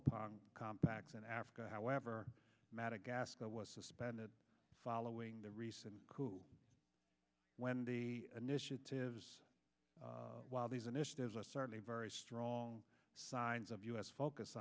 twelve contacts in africa however madagascar was suspended following the recent cool wendy initiative while these initiatives are certainly very strong signs of u s focus